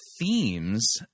themes